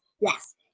Yes